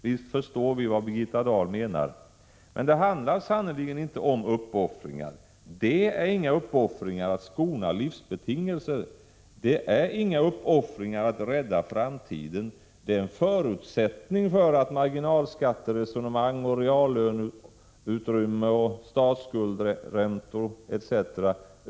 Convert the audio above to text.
Visst förstår vi vad Birgitta Dahl menar, men det handlar sannerligen inte om uppoffringar. Det är inga uppoffringar att skona livsbetingelser. Det är inga uppoffringar att rädda framtiden. Det är en förutsättning för att marginalskatteresonemang, reallöneutrymme, statsskuldsräntor etc.